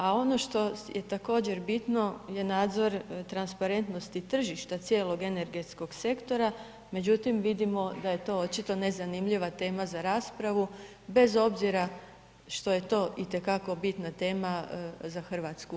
A ono što je također bitno je nadzor transparentnosti tržišta cijelog energetskog sektora međutim vidimo da je to očito nezanimljiva tema za raspravu bez obzira što je to itekako bitna tema za Hrvatsku u ovom trenutku.